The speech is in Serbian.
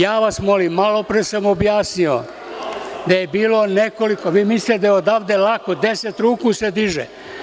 Ja vas molim, malopre sam objasnio da je bilo nekoliko, vi mislite da je odavde lako, deset ruku se diže.